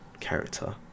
character